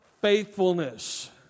faithfulness